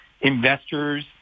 investors